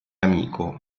amico